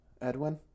Edwin